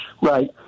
Right